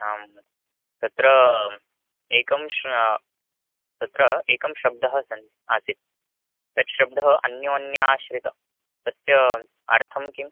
आं तत्र एकं श्र तत्र एकं शब्दः सन् आसीत् तत् शब्दः अन्योन्याश्रितः तस्य अर्थः किम्